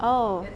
oh